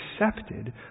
accepted